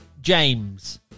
James